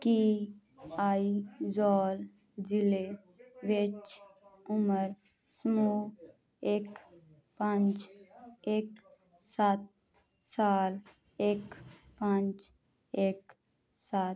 ਕੀ ਆਈਜ਼ੌਲ ਜ਼ਿਲ੍ਹੇ ਵਿੱਚ ਉਮਰ ਸਮੂਹ ਇੱਕ ਪੰਜ ਇੱਕ ਸੱਤ ਸਾਲ ਇੱਕ ਪੰਜ ਇੱਕ ਸੱਤ